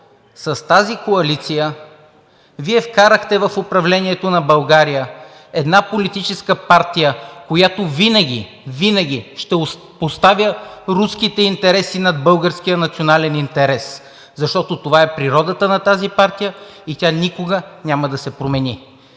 с тази коалиция Вие вкарахте в управлението на България една политическа партия, която винаги, винаги ще поставя руските интереси над българския национален интерес, защото това е природата на тази партия и тя никога няма да се промени.